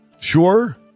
sure